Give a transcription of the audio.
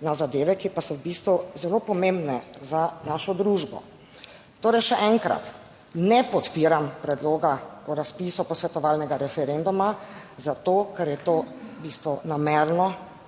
na zadeve, ki pa so v bistvu zelo pomembne za našo družbo. Torej, še enkrat, ne podpiram predloga o razpisu posvetovalnega referenduma. Zato, ker je to v